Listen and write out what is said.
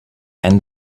and